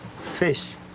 fish